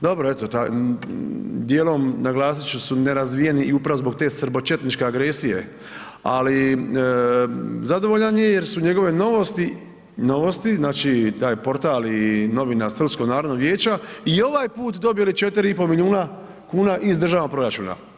Dobro, dijelom naglasit ću su nerazvijeni i upravo zbog te srbočetničke agresije, ali zadovoljan je jer su njegove novosti znači taj portal i novina Srpskog narodnog vijeća i ovaj put dobili 4,5 milijuna kuna iz državnog proračuna.